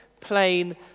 plain